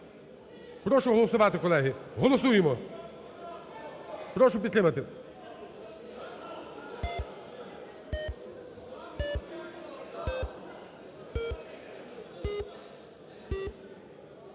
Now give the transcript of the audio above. Прошу голосувати, колеги. Голосуємо. Прошу підтримати.